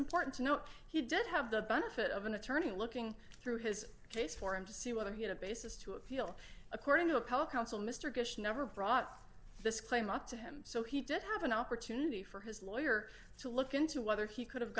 important to note he did have the benefit of an attorney looking through his case for him to see whether he had a basis to appeal according to a co counsel mr gish never brought this claim up to him so he did have an opportunity for his lawyer to look into whether he could have